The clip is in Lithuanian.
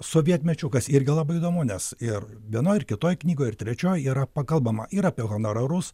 sovietmečiu kas irgi labai įdomu nes ir vienoj ir kitoj knygoj ir trečioj yra pakalbama ir apie honorarus